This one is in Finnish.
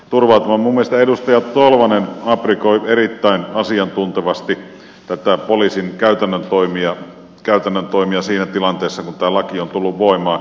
minun mielestäni edustaja tolvanen aprikoi erittäin asiantuntevasti näitä poliisin käytännön toimia siinä tilanteessa kun tämä laki on tullut voimaan